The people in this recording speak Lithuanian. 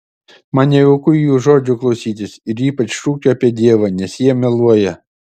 man nejauku jų žodžių klausytis ir ypač šūkio apie dievą nes jie meluoja